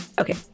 okay